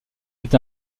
est